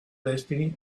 destiny